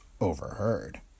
overheard